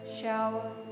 shower